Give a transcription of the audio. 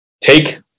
take